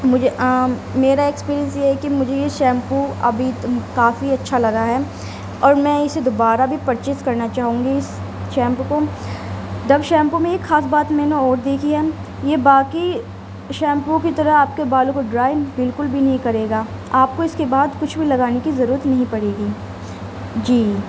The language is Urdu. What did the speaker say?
مجھے عام میرا ایکسپیرینس یہ ہے کہ مجھے یہ شیمپو ابھی کافی اچھا لگا ہے اور میں اِسے دوبارہ بھی پرچیز کرنا چاہوں گی اِس شیمپو کو ڈب شیمپو میں ایک خاص بات میں نے اور دیکھی ہے یہ باقی شیمپو کی طرح آپ کے بالوں کو ڈرائی بالکل بھی نہیں کرے گا آپ کو اِس کے بعد کچھ بھی لگانے کی ضرورت نہیں پڑے گی جی